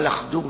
על אחדות.